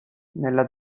nella